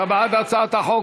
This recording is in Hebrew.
אתה בעד הצעת החוק.